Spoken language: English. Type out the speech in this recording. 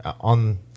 on